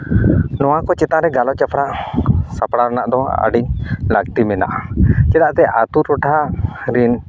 ᱱᱚᱣᱟ ᱠᱚ ᱪᱮᱛᱟᱱ ᱨᱮ ᱜᱟᱞᱚᱪ ᱦᱮᱯᱨᱟᱣ ᱥᱟᱯᱲᱟᱣ ᱨᱮᱱᱟᱜ ᱫᱚ ᱟᱹᱰᱤ ᱜᱮ ᱞᱟᱹᱠᱛᱤ ᱢᱮᱱᱟᱜᱼᱟ ᱪᱮᱫᱟᱜ ᱥᱮ ᱟᱛᱳ ᱴᱚᱴᱷᱟ ᱨᱮᱱ